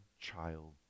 child